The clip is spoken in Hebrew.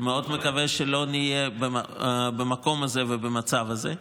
אני מאוד מקווה שלא נהיה במקום הזה ובמצב הזה.